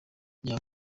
nya